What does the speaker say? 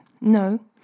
No